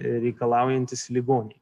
reikalaujantys ligoniai